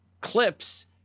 clips